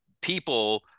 people